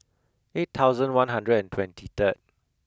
eight thousand one hundred and twenty third